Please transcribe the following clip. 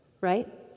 right